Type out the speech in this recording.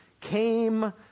came